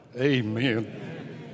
amen